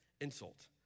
insult